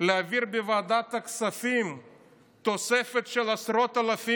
להעביר בוועדת הכספים תוספת של עשרות אלפי